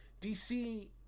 DC